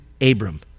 Abram